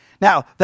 Now